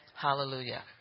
Hallelujah